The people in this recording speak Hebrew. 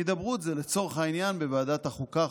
הידברות זה לצורך העניין בוועדת החוקה,